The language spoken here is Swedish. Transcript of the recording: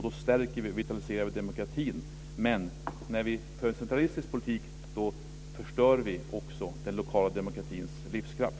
Då stärker och vitaliserar vi demokratin. Men när vi för en centralistisk politik förstör vi den lokala demokratins livskraft.